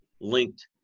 linked